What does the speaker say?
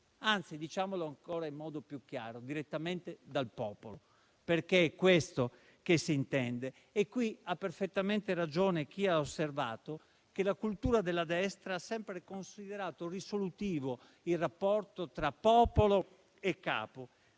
anzi, diciamolo in modo ancora più chiaro: direttamente dal popolo? È questo che si intende e qui ha perfettamente ragione chi ha osservato che la cultura della destra ha sempre considerato risolutivo il rapporto tra popolo e capo.